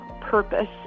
purpose